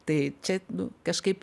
tai čia nu kažkaip